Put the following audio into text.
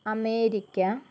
America